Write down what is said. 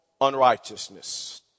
unrighteousness